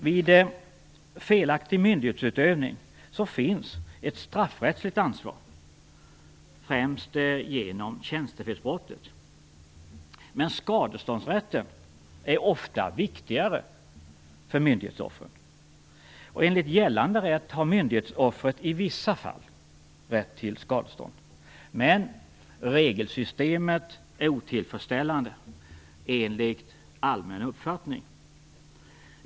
Vid felaktig myndighetsutövning finns ett straffrättsligt ansvar, främst genom tjänstefelsbrottet. Men skadeståndsrätten är ofta viktigare för myndighetsoffren. Enligt gällande rätt har myndighetsoffret i vissa fall rätt till skadestånd. Men regelsystemet är otillfredsställande enligt allmän uppfattning.